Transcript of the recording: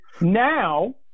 now